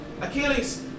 Achilles